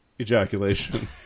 ejaculation